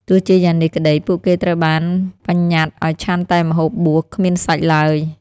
ទោះជាយ៉ាងនេះក្តី ពួកគេត្រូវបានបញ្ញត្តិឱ្យឆាន់តែម្ហូបបួស គ្មានសាច់ឡើយ។